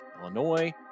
Illinois